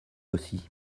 aussi